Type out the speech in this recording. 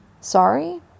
Sorry